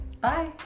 Bye